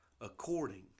According